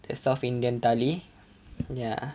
the south indian thali ya